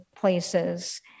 places